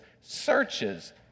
searches